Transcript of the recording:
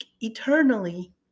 eternally